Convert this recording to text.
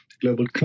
global